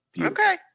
Okay